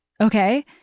okay